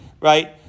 Right